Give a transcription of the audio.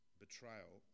betrayal